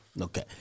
Okay